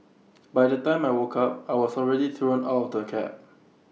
by the time I woke up I was already thrown out of the cab